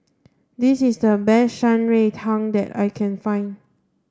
this is the best Shan Rui Tang that I can find